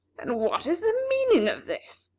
and what is the meaning of this?